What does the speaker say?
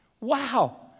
Wow